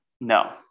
no